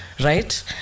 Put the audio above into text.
right